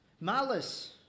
malice